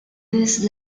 this